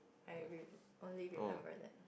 I re~ only remember that